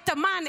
את אמ"ן,